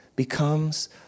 becomes